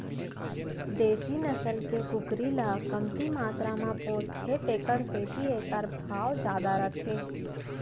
देसी नसल के कुकरी ल कमती मातरा म पोसथें तेकर सेती एकर भाव जादा रथे